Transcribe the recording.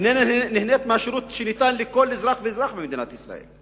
איננה נהנית מהשירות שניתן לכל אזרח ואזרח במדינת ישראל.